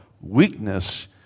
weakness